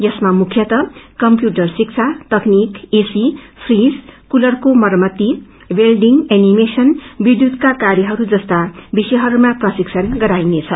यसमा मुयतः कम्यूटर शिक्षा तकनीक एसी फ्रिजकुलरको मरम्मती वोल्डिङ एनिमेशन विध्यूतका कार्यहरू जस्ता विषयहरूम प्रशिस्वण गराइनेछ